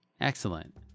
Excellent